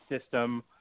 system